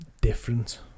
different